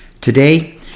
Today